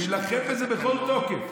הוא יילחם בזה בכל תוקף.